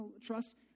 trust